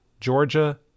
Georgia